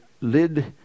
lid